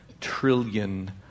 trillion